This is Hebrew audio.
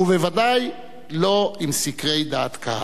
ובוודאי לא עם סקרי דעת קהל.